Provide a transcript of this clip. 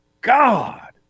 God